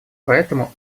поэтому